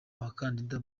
abakandida